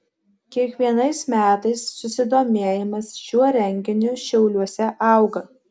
kiekvienais metais susidomėjimas šiuo renginiu šiauliuose auga